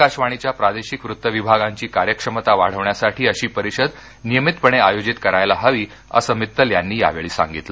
आकाशवाणीच्या प्रादेशिक वृत्त विभागांची कार्यक्षमता वाढवण्यासाठी अशी परिषद नियमितपणे आयोजित करायला हवी असं मित्तल यांनी यावेळी सांगितलं